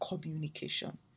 communication